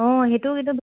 অঁ সেইটো